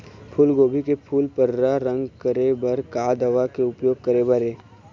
फूलगोभी के फूल पर्रा रंग करे बर का दवा के उपयोग करे बर ये?